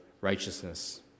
righteousness